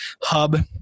Hub